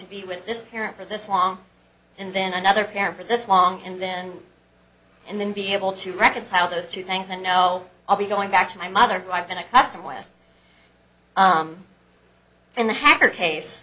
to be with this parent for this long and then another parent for this long and then and then be able to reconcile those two things i know i'll be going back to my mother in a classroom with in the hacker case